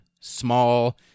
small